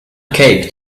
cape